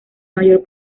mayor